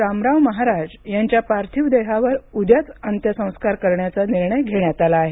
रामराव महाराज यांच्या पार्श्विव देहावर उद्याच अंत्यसंस्कार करण्याचा निर्णय घेण्यात आला आहे